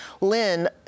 Lynn